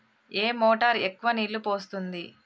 ఏ motor ఎక్కువ నీళ్లు పోస్తుంది?